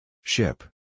Ship